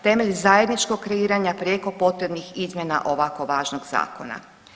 Temelj zajedničkog kreiranja prijeko potrebnih izmjena ovako važnog zakona.